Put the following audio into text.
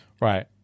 Right